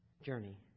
journey